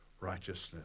Righteousness